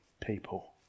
people